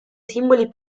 simboli